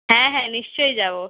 হ্যাঁ হ্যাঁ নিশ্চই যাবো